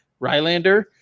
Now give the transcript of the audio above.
Rylander